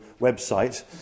website